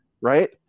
right